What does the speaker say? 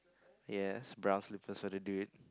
yes blouse slippers ought to do it